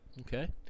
Okay